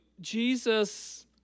Jesus